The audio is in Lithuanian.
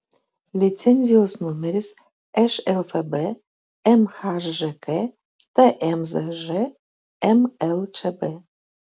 licenzijos numeris šlfb mhžk tmzž mlčb